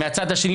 מהצד השני,